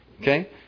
okay